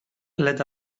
let